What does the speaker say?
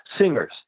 singers